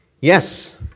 Yes